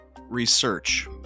Research